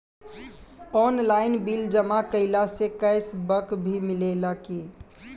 Online bill जमा कईला से कैश बक भी मिलेला की?